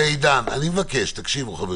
עסקים קטנים